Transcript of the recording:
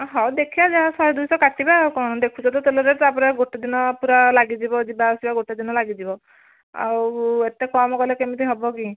ଅ ହଉ ଦେଖିଆ ଯାହା ଶହେ ଦୁଇଶହ କାଟିବା ଆଉ କଣ ଦେଖୁଛ ତ ତେଲ ରେଟ୍ ତାପରେ ଆଉ ଗୋଟେଦିନ ପୁରା ଲାଗିଯିବ ଯିବା ଆସିବା ଗୋଟେଦିନ ଲାଗିଯିବ ଆଉ ଏତେ କମ୍ କଲେ କେମିତି ହେବକି